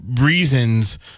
reasons